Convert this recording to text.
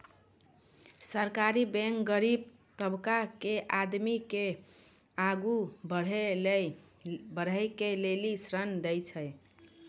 सहकारी बैंक गरीब तबका के आदमी के आगू बढ़ै के लेली ऋण देय छै